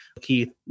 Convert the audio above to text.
Keith